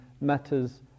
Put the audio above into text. matters